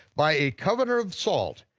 by a covenant of salt,